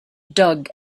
dug